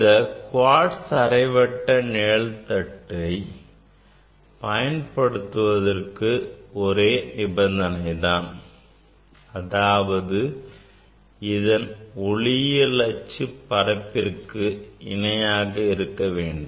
இந்த குவாட்ஸ் அரைவட்ட நிழல் தட்டை பயன்படுத்துவதற்கு ஒரே நிபந்தனை தான் அதாவது இதன் ஒளியியல் அச்சு பரப்பிற்கு இணையாக இருக்க வேண்டும்